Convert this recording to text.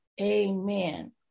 Amen